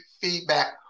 feedback